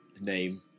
name